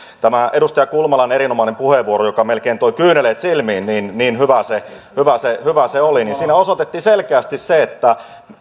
edustaja kulmalan erinomaisessa puheenvuorossa joka melkein toi kyyneleet silmiin niin niin hyvä se hyvä se oli osoitettiin selkeästi se